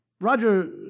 Roger